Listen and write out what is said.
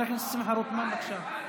בבקשה.